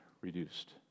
reduced